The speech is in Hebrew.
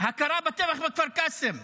בטבח בכפר קאסם.